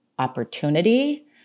opportunity